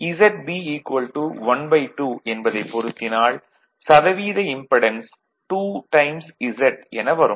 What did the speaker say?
ஆக ZB ½ என்பதைப் பொருத்தினால் சதவீத இம்படென்ஸ் 2Z என வரும்